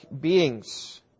beings